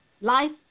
Life